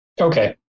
Okay